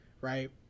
Right